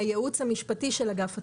מהייעוץ המשפטי של אגף התנועה.